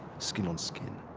skin on skin.